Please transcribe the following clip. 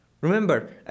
Remember